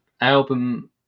album